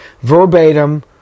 verbatim